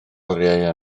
oriau